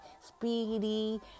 speedy